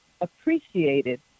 appreciated